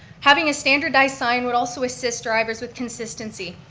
having a standardized sign would also assist drivers with consistency.